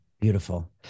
Beautiful